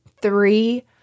three